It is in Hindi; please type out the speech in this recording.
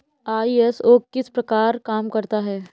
आई.एस.ओ किस प्रकार काम करता है